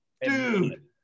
Dude